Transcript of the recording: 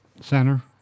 center